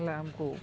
ଆମ୍କୁ